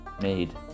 made